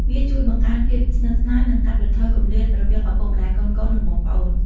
វាជួយបង្កើនភាពស្និទ្ធស្នាល និងកាត់បន្ថយគម្លាតរវាងឪពុកម្ដាយ កូនៗ និងបងប្អូន ។